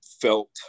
felt